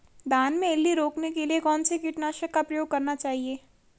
धान में इल्ली रोकने के लिए कौनसे कीटनाशक का प्रयोग करना चाहिए?